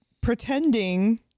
pretending